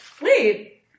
wait